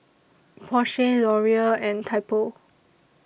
Porsche Laurier and Typo